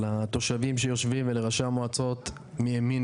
לתושבים שיושבים ולראשי המועצות מימין